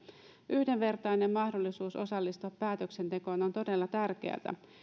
yhdenvertainen mahdollisuus osallistua päätöksentekoon on todella tärkeätä